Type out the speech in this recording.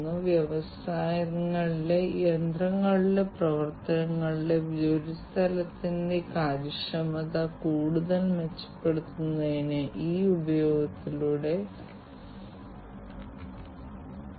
അതിനാൽ ഉപകരണങ്ങൾ തമ്മിലുള്ള കണക്റ്റിവിറ്റി മെച്ചപ്പെടുത്തൽ പ്രവർത്തനക്ഷമത മെച്ചപ്പെടുത്തൽ ഉൽപ്പാദനക്ഷമത മെച്ചപ്പെടുത്തൽ ആസ്തി വിനിയോഗം ഒപ്റ്റിമൈസ് ചെയ്യൽ പുതിയ തൊഴിലവസരങ്ങളും ബിസിനസ് അവസരങ്ങളും സൃഷ്ടിക്കൽ പ്രവർത്തന സമയം കുറയ്ക്കൽ തുടങ്ങിയവയുടെ വ്യത്യസ്ത നേട്ടങ്ങളാണിവ